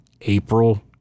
April